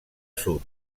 sud